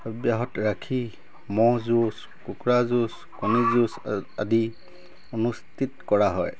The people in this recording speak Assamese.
অব্যাহত ৰাখি ম'হ যুঁজ কুকুৰা যুঁজ কণী যুঁজ আদি অনুষ্ঠিত কৰা হয়